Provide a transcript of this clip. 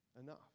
enough